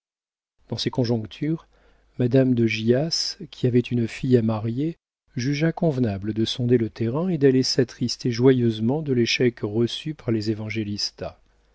dans ces conjonctures madame de gyas qui avait une fille à marier jugea convenable de sonder le terrain et d'aller s'attrister joyeusement de l'échec reçu par les évangélista